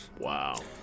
Wow